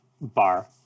bar